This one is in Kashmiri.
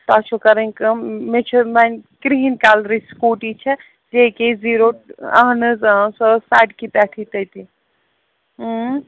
تۄہہِ چھو کَرٕنۍ کٲم مےٚ چھِ وۄنۍ کِرٛہِن کَلرٕچ سٕکوٗٹی چھےٚ جے کے زیٖرو اَہن حظ اۭں سۄ ٲس سڑکہِ پٮ۪ٹھٕے تٔتی اۭں